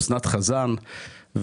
אסנת חזן,